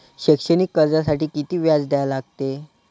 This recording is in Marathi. शैक्षणिक कर्जासाठी किती व्याज द्या लागते?